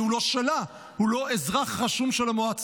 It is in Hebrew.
כי הוא לא שלה, הוא לא אזרח רשום של המועצה.